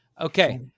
Okay